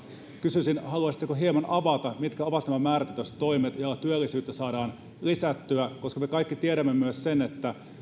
kysyisin haluaisitteko hieman avata mitkä ovat nämä määrätietoiset toimet joilla työllisyyttä saadaan lisättyä koska me kaikki tiedämme myös sen että kun